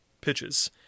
pitches